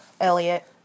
Elliot